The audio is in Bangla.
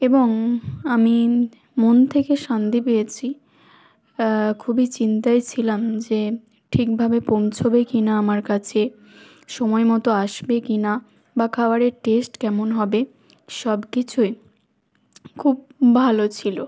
এবং আমি মন থেকে শান্তি পেয়েছি খুবই চিন্তায় ছিলাম যে ঠিকভাবে পৌঁছবে কি না আমার কাছে সময় মতো আসবে কি না বা খাবারের টেস্ট কেমন হবে সব কিছুই খুব ভালো ছিলো